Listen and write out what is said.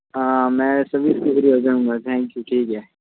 हाँ मैं सभी से फ़्री हो जाऊंगा थैंक यू ठीक है